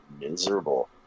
miserable